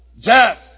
death